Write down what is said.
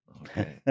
Okay